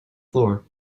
floor